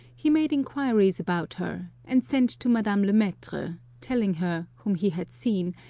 he made inquiries about her, and sent to madame le mattre, telling her whom he had seen,